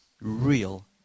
real